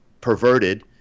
perverted